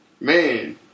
man